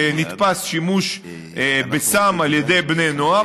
ונתפס שימוש בסם על ידי בני נוער,